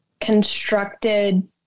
constructed